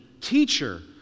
Teacher